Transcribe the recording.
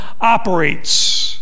operates